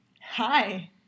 Hi